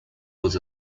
was